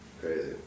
Crazy